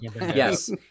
yes